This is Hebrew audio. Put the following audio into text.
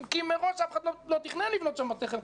כי מראש אף אחד לא תכנן לבנות שם בית ספר חמ"ד.